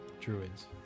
Druids